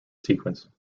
sequence